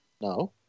No